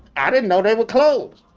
i didn't know they were closed.